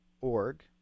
org